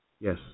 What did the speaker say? Yes